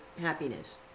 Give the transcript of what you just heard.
happiness